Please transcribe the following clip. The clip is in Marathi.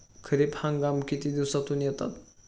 खरीप हंगाम किती दिवसातून येतात?